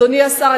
אדוני השר,